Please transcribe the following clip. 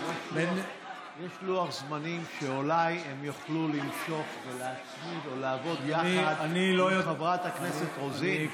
יש לוח זמנים שאולי הם יוכלו להצמיד או לעבוד יחד עם חברת הכנסת רוזין?